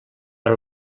per